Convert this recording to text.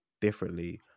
differently